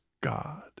God